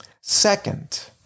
Second